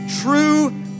true